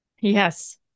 Yes